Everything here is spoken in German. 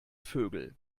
vögel